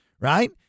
right